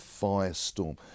firestorm